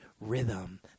rhythm